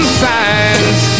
signs